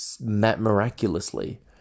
miraculously